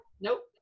Nope